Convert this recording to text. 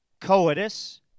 coitus